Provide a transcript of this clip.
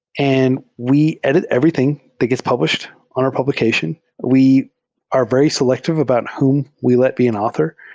and we edit everything that gets published on our publication. we are very selective about whom we let be an author.